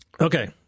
Okay